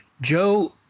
Joe